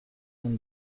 اون